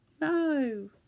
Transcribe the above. No